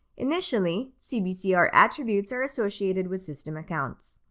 initially, cbcr attributes are associated with system accounts.